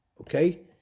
okay